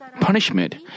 punishment